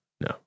No